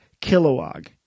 Kilowog